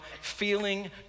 feeling